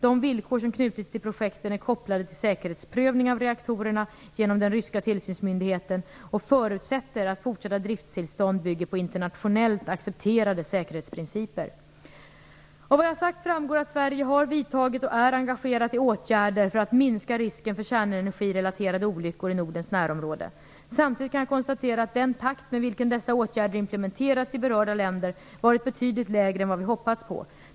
De villkor som knutits till projekten är kopplade till säkerhetsprövning av reaktorerna genom den ryska tillsynsmyndigheten och förutsätter att fortsatta driftstillstånd bygger på internationellt accepterade säkerhetsprinciper. Av vad jag sagt framgår att Sverige har vidtagit och är engagerat i åtgärder för att minska risken för kärnenergirelaterade olyckor i Nordens närområde. Samtidigt kan jag konstatera att den takt med vilken dessa åtgärder implementerats i berörda länder varit betydligt lägre än vad vi hoppats på.